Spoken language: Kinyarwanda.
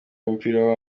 n’umupira